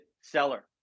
seller